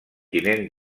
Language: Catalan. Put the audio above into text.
tinent